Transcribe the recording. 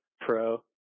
pro